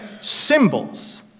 symbols